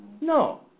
No